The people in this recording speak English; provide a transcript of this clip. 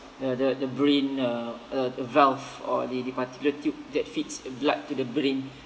the the the brain uh uh the valve or the the particular tube that feeds blood to the brain